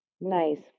Nice